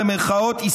במירכאות,